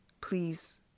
please